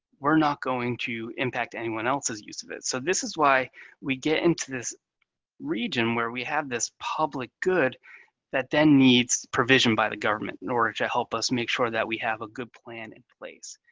we're not going to impact anyone else's use of it. so this is why we get into this region where we have this public good that then needs provision by the government in order to help us make sure that we have a good plan in place.